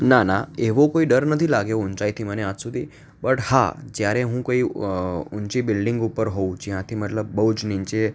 ના ના એવો કોઈ ડર નથી લાગ્યો ઊંચાઈથી મને આજ સુધી બટ હા જ્યારે હું કોઈ ઊંચી બિલ્ડિંગ ઉપર હોઉ જ્યાંથી મતલબ બહુ જ નીચે